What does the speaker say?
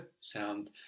sound